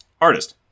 Artist